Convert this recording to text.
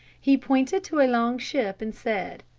he pointed to a long ship and said,